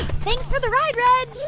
thanks for the ride, reg